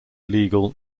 legal